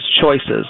choices